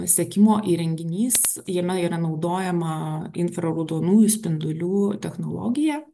sekimo įrenginys jame yra naudojama infraraudonųjų spindulių technologija